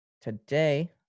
today